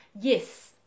yes